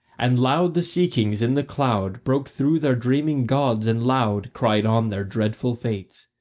and loud the sea-kings in the cloud broke through their dreaming gods, and loud cried on their dreadful fates.